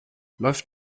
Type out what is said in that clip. läuft